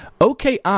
OKI